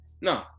No